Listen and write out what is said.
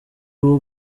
uwo